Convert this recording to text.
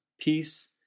peace